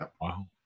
Wow